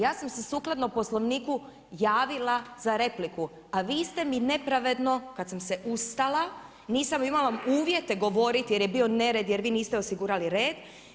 Ja sam se sukladno Poslovniku javila za repliku, a vi ste mi nepravedno kad sam se ustala, nisam imala uvjete govoriti jer je bio nered, jer vi niste osigurali red.